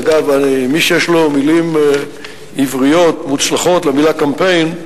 אגב, מי שיש לו מלים עבריות מוצלחות למלה קמפיין,